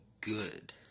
good